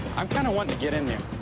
i'm kind of wanting to get in there.